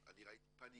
הייתי בשבת בשלושה בתי